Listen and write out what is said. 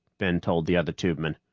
ben told the other tubemen.